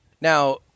Now